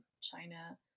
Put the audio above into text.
China